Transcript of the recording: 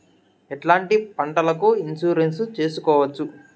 ఎట్లాంటి పంటలకు ఇన్సూరెన్సు చేసుకోవచ్చు?